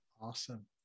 awesome